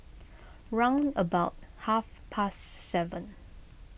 round about half past seven